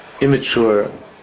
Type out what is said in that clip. immature